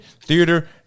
theater